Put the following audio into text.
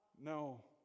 No